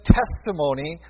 testimony